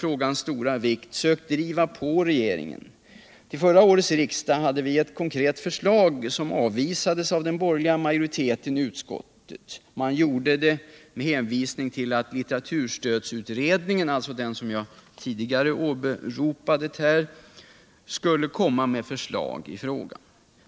frågans stora vikt sökt driva på regeringen. Till förra årets riksdag hade vi ett konkret förslag som avvisades av den borgerliga majoriteten i utskottet. Man gjorde det med hänvisning till att litteraturstödsutredningen, alltså den som jag tidigare åberopat, skulle komma med förstag i frågan.